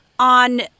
On